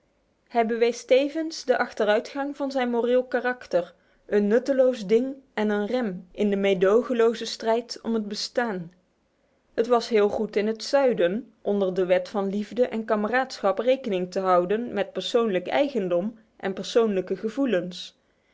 hij bewees tevens de achteruitgang van zijn moreel karakter een nutteloos ding en een rem in de meedogenloze strijd om het bestaan het was heel goed in het zuiden onder de wet van liefde en kameraadschap rekening te houden met persoonlijk eigendom en persoonlijke gevoelens